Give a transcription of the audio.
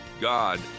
God